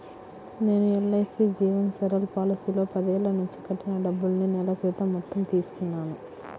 నేను ఎల్.ఐ.సీ జీవన్ సరల్ పాలసీలో పదేళ్ళ నుంచి కట్టిన డబ్బుల్ని నెల క్రితం మొత్తం తీసుకున్నాను